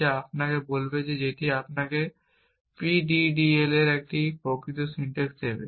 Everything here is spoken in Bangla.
যা আপনাকে বলবে যেটি আপনাকে PDDL এর একটি প্রকৃত সিনট্যাক্স দেবে